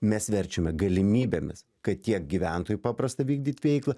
mes verčiame galimybėmis kad tiek gyventojui paprasta vykdyt veiklą